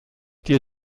dir